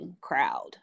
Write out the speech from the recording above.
crowd